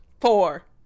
four